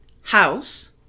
house